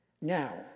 Now